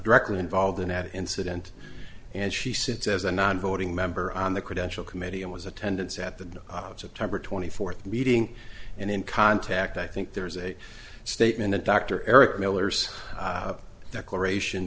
directly involved in that incident and she sits as a non voting member on the credential committee and was attendance at the odds a time or twenty fourth meeting and in contact i think there's a statement of dr eric miller's declaration